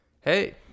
hey